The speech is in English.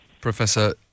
Professor